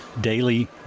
daily